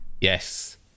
yes